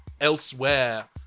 elsewhere